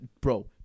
bro